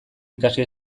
ikasi